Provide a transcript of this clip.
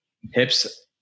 Hips